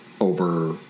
over